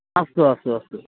अस्तु अस्तु अस्तु